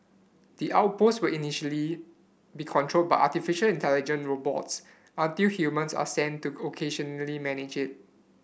the outpost will initially be controlled by artificial intelligent robots until humans are sent to occasionally manage it